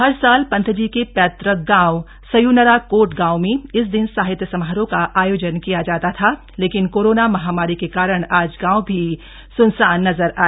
हर साल पंतजी के पैतृक गांव सयूनराकोट गांव में इस दिन साहित्य समारोह का आयोजन किया जाता था लेकिन कोरोना महामारी के कारण आज गांव भी सुनसान नजर आया